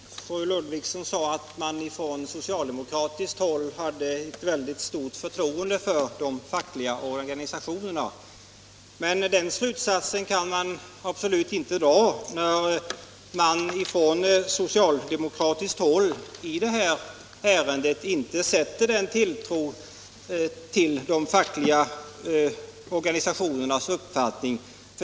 Herr talman! Fru Ludvigsson sade att man från socialdemokratiskt håll har ett väldigt stort förtroende för de fackliga organisationerna. Men 65 den slutsatsen kan inte dras av det socialdemokratiska ställningstagandet i det här ärendet — där sätter man inte sin tilltro till de fackliga organisationernas uppfattning.